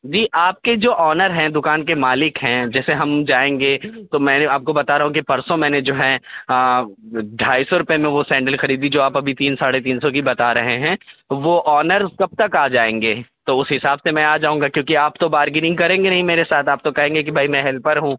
جی آپ کے جو آنر ہیں دکان کے مالک ہیں جیسے ہم جائیں گے تو میں آپ کو بتا رہا ہوں کہ پرسوں میں نے جو ہیں ڈھائی سو روپے میں وہ سینڈل خریدی جو آپ ابھی تین ساڑھے تین سو کی بتا رہے ہیں وہ آنر کب تک آ جائیں گے تو اس حساب سے میں آ جاؤں گا کیونکہ آپ تو بارگیننگ کریں گے نہیں میرے ساتھ آپ تو کہیں گے کہ بھائی میں ہیلپر ہوں